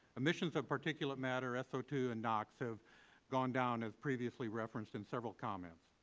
emissions of particulate matter, s o two and nox, have gone down as previously referenced in several comments.